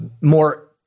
more